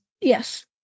Yes